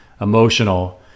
emotional